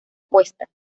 puesta